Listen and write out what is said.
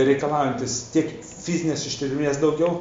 reikalaujantis tiek fizinės ištvermės daugiau